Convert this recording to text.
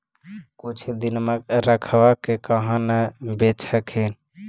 कुछ दिनमा रखबा के काहे न बेच हखिन?